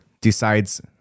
decides